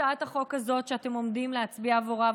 הצעת החוק הזאת שאתם עומדים להצביע בעבורה,